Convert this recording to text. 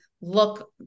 look